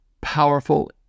powerful